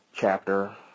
chapter